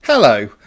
Hello